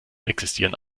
existieren